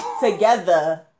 Together